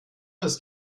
ist